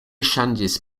ŝanĝis